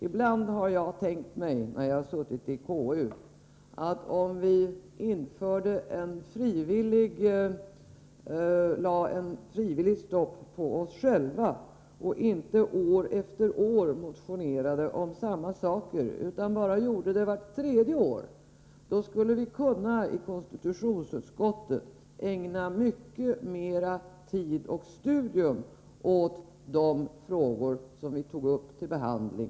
Ibland har jag, när jag har suttit i konstitutionsutskottet, tänkt mig, att om vi lade ett frivilligt stopp på oss själva och inte år efter år motionerade om samma saker utan bara gjorde det m.m. var tredje år, skulle vi i konstitutionsutskottet kunna ägna mycket mera tid och studium åt de frågor vi tar upp till behandling.